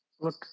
Look